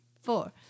four